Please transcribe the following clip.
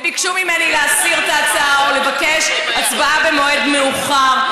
ביקשו ממני להסיר את ההצעה או לבקש הצבעה במועד מאוחר.